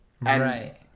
Right